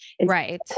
Right